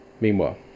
Meanwhile